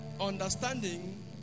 Understanding